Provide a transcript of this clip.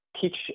teach